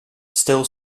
still